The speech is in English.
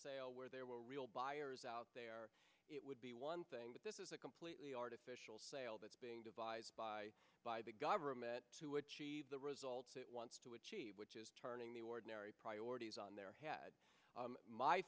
where there were real buyers out there it would be one thing but this is a completely artificial sale that's being devised by by the government to achieve the results it wants to achieve which is turning the ordinary priorities on their head